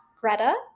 Greta